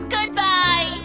Goodbye